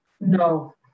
no